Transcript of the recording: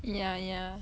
ya ya